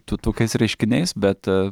to tokiais reiškiniais bet